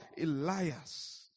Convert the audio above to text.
Elias